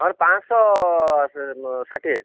ଆମର ପାଞ୍ଚଶହ ଷାଠିଏ